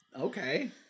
Okay